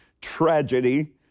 Tragedy